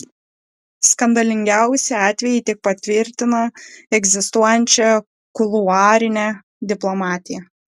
skandalingiausi atvejai tik patvirtina egzistuojančią kuluarinę diplomatiją